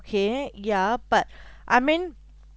okay ya but I mean